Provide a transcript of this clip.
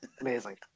Amazing